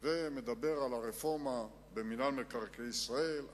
ומדבר על הרפורמה במינהל מקרקעי ישראל,